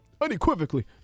unequivocally